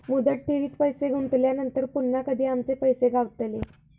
मुदत ठेवीत पैसे गुंतवल्यानंतर पुन्हा कधी आमचे पैसे गावतले?